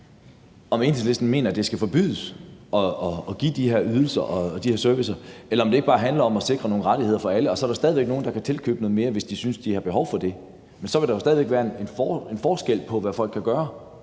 om Enhedslisten mener, at det skal forbydes at give de her ydelser og de her servicer, eller om Enhedslisten mener, at det bare handler om at sikre nogle rettigheder for alle, sådan at der stadig væk er nogle, der kan tilkøbe noget mere, hvis de synes, de har behov for det, sådan at der stadig væk vil være forskel på, hvad folk kan gøre.